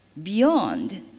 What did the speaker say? beyond,